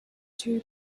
two